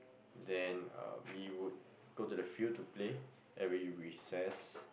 then uh we would go to the field to play every recess